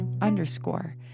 underscore